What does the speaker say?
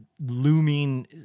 looming